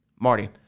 Marty